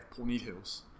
ponytails